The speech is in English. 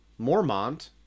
Mormont